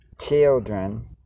children